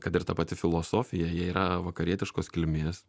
kad ir ta pati filosofija jie yra vakarietiškos kilmės